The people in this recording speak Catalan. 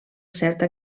certa